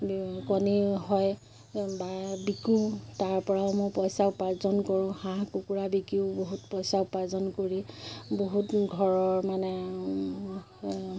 কণীও হয় বা বিকো তাৰ পৰাও মই পইচা উপাৰ্জন কৰোঁ হাঁহ কুকুৰা বিকিও বহুত পইচা উপাৰ্জন কৰি বহুত ঘৰৰ মানে